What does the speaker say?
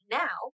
now